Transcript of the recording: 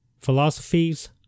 philosophies